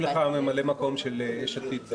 ממלאי המקום של יש עתיד?